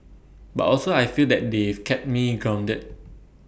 but also I feel that they've kept me grounded